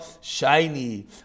shiny